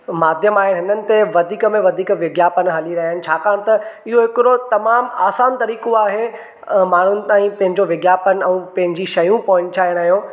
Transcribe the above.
माध्यम आहे हिननि ते वधीक में वधीक विज्ञापन हली रहिया आहिनि छाकाणि त इहो हिकिड़ो तमामु आसान तरीक़ो आहे माण्हूं ताईं पंहिंजो विज्ञापन ऐं पंहिंजी शयूं पहुचाइण जो